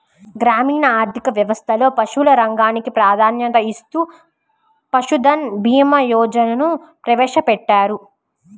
గ్రామీణ ఆర్థిక వ్యవస్థలో పశువుల రంగానికి ప్రాధాన్యతనిస్తూ పశుధన్ భీమా యోజనను ప్రవేశపెట్టారు